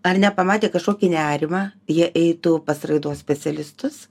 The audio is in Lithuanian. ar nepamatę kašokį nerimą jie eitų pas raidos specialistus